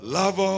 love